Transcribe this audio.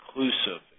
inclusive